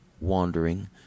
wandering